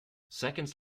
seconds